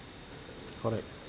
correct